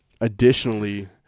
additionally